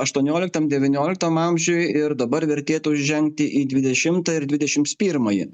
aštuonioliktam devynioliktam amžiuj ir dabar vertėtų įžengti į dvidešimtą ir dvidešims pirmąjį